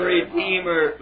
Redeemer